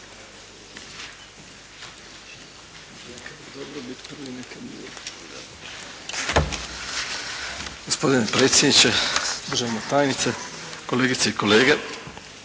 Gospodine predsjedniče, državna tajnice, kolegice i kolege.